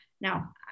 Now